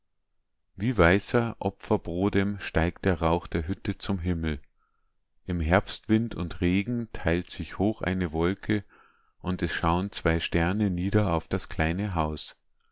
wie weißer opferbrodem steigt der rauch der hütte zum himmel im herbstwind und regen teilt sich hoch eine wolke und es schauen zwei sterne nieder auf das kleine haus